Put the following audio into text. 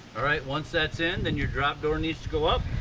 all right, once that's in, then your drop door needs to go up.